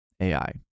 AI